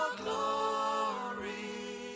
glory